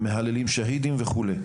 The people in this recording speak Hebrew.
ומהללים שאהידים וכו',